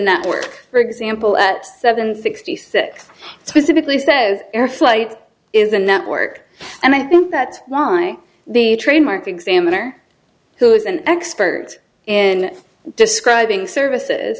network for example at seven sixty six specifically says air flight is a network and i think that's why the train marked examiner who is an expert in describing services